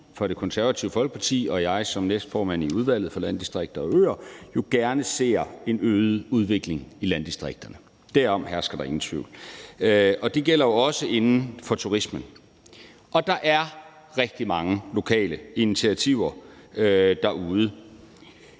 i Det Konservative Folkeparti og jeg som næstformand i Udvalget for Landdistrikter og Øer gerne ser en øget udvikling i landdistrikterne. Derom hersker der ingen tvivl. Og det gælder jo også inden for turismen. Der er rigtig mange lokale initiativer derude.